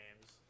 games